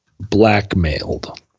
blackmailed